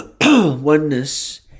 oneness